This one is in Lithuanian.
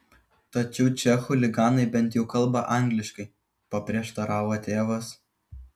tačiau čia chuliganai bent jau kalba angliškai paprieštaravo tėvas